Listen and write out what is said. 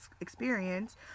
experience